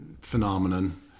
phenomenon